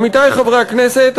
עמיתי חברי הכנסת,